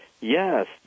Yes